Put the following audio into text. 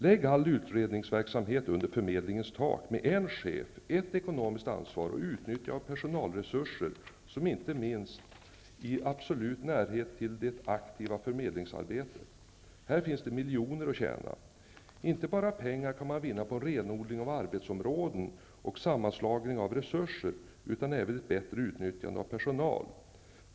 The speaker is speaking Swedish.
Lägg all utredningsverksamhet under förmedlingens tak, med en chef, ett ekonomiskt ansvar och utnyttjande av personalresurser samt, inte minst, i absolut närhet till det aktiva förmedlingsarbetet. Här finns det miljoner att tjäna. Inte bara pengar utan även ett bättre utnyttjande av personal kan man vinna på en renodling av arbetsområden och sammanslagning av resurser.